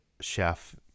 chef